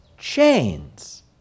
chains